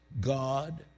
God